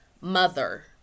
mother